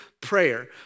prayer